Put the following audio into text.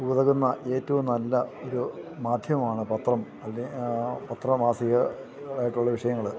ഉതകുന്ന ഏറ്റവും നല്ല ഒരു മാധ്യമമാണ് പത്രം അല്ലെങ്കില് പത്രമാസിക ആയിട്ടുള്ള വിഷയങ്ങള്